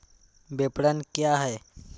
विपणन क्या है?